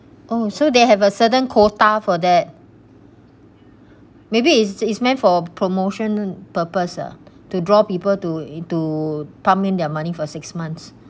oh so they have a certain quota for that maybe is is meant for promotional purposes uh to draw people to into pump in their money for six months